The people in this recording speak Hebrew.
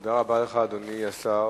תודה רבה לך, אדוני השר.